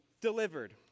delivered